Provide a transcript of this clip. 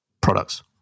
products